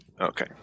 Okay